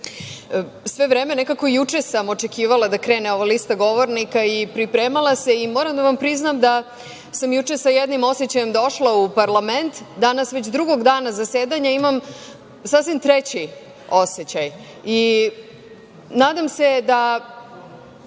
vreme, nekako juče sam očekivala da krene ova lista govornika i pripremala se i moram da vam priznam da sam juče sa jednim osećajem došla u parlament, danas već drugog dana zasedanja imam sasvim treći osećaj. Nadam se da